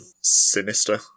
sinister